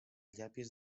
llapis